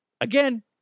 Again